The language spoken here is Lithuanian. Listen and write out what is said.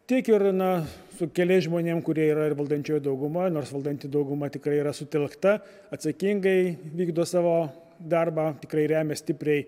tiek ir na su keliais žmonėm kurie yra ir valdančiojoj daugumoj nors valdanti dauguma tikrai yra sutelkta atsakingai vykdo savo darbą tikrai remia stipriai